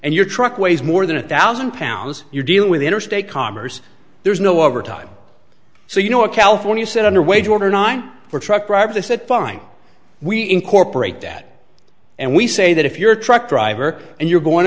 and your truck weighs more than a thousand pounds you're dealing with interstate commerce there's no overtime so you know a california said under way to order nine for truck drivers they said fine we incorporate that and we say that if you're a truck driver and you're going